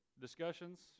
discussions